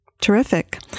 Terrific